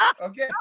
Okay